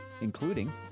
including